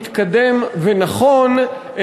מתקדם ונכון,